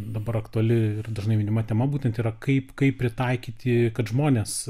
dabar aktuali ir dažnai minima tema būtent yra kaip kaip pritaikyti kad žmonės